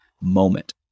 moment